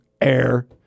air